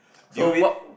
did you win